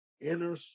inner